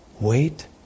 Wait